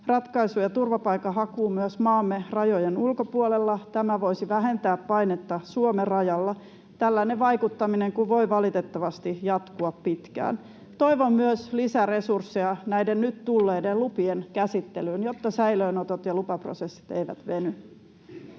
ratkaisuja turvapaikanhakuun myös maamme rajojen ulkopuolella. Tämä voisi vähentää painetta Suomen rajalla, tällainen vaikuttaminen kun voi valitettavasti jatkua pitkään. Toivon myös lisäresursseja näiden nyt tulleiden lupien käsittelyyn, jotta säilöönotot ja lupaprosessit eivät veny.